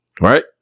Right